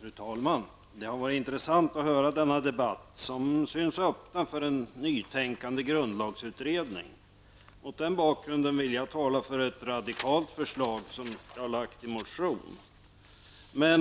Fru talman! Det har varit intressant att höra denna debatt som öppnar för en nytänkande grundlagsutredning. Mot den bakgrunden vill jag tala för ett radikalt förslag som jag framfört i motion.